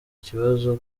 kibazo